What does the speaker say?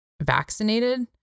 vaccinated